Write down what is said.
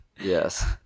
yes